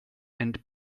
and